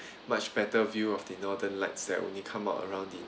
much better view of the northern lights that only come out around the